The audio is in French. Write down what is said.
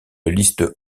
liste